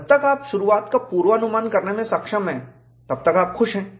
जब तक आप शुरुआत का पूर्वानुमान करने में सक्षम हैं तब तक आप खुश हैं